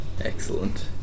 Excellent